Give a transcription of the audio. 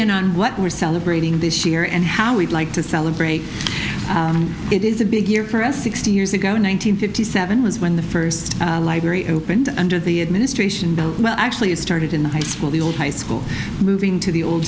in on what we're celebrating this year and how we'd like to celebrate it is a big year for us sixty years ago in one nine hundred fifty seven was when the first library opened under the administration well actually it started in the high school the old high school moving to the old